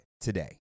today